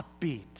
upbeat